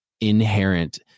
inherent